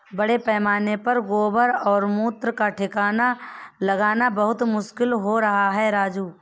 बड़े पैमाने पर गोबर और मूत्र का ठिकाना लगाना बहुत मुश्किल हो रहा है राजू